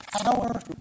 power